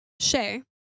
Shay